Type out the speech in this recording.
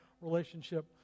relationship